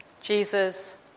Jesus